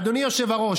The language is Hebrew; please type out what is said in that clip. אדוני היושב-ראש,